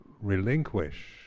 relinquish